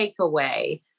takeaway